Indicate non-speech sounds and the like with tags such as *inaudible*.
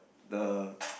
the *noise*